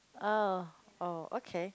oh oh okay